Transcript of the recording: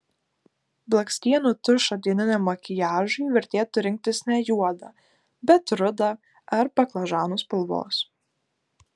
blakstienų tušą dieniniam makiažui vertėtų rinktis ne juodą bet rudą ar baklažanų spalvos